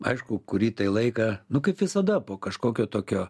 aišku kurį tai laiką nu kaip visada po kažkokio tokio